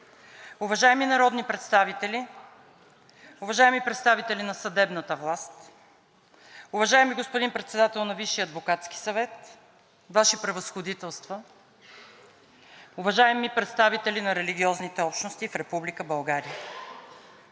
уважаеми народни представители, уважаеми представители на съдебната власт, уважаеми господин Председател на Висшия адвокатски съвет, Ваши Превъзходителства, уважаеми представители на религиозните общности в Република България!